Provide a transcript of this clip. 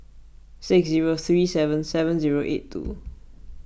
six zero three seven seven zero eight two